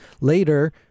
Later